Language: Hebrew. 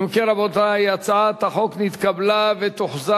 ההצעה להעביר את הצעת חוק הירושה (תיקון מס' 13) (ירושה מכוח אימוץ),